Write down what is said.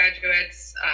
graduates